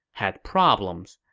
had problems.